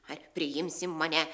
ar priimsi mane